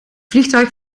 vliegtuig